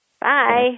Bye